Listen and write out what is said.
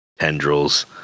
tendrils